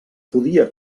podia